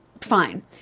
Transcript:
fine